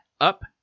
up